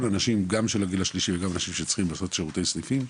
אנשים גם של הגיל השלישי וגם אנשים שצריכים לעשות שירותי סניפים,